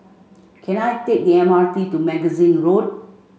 can I take the M R T to Magazine Road